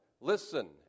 Listen